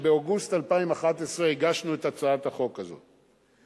שבאוגוסט 2011 הגשנו את הצעת החוק הזאת,